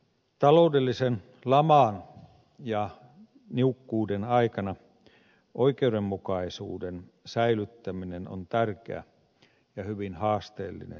taloudellisen laman ja niukkuuden aikana oikeudenmukaisuuden säilyttäminen on tärkeä ja hyvin haasteellinen asia